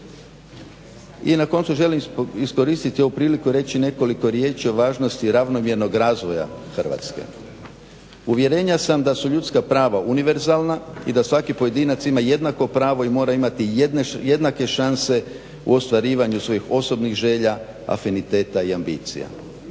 I na koncu želim iskoristiti ovu priliku i reći nekoliko riječi o važnosti ravnomjernog razvoja Hrvatske. Uvjerenja sam da su ljudska prava univerzalna i da svaki pojedinac ima jednako pravo i mora imati jednake šanse u ostvarivanju svojih osobnih želja, afiniteta i ambicija.